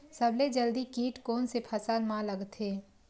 सबले जल्दी कीट कोन से फसल मा लगथे?